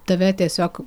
tave tiesiog